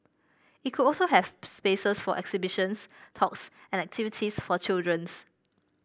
it could also have spaces for exhibitions talks and activities for children